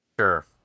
Sure